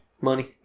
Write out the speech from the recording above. Money